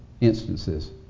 instances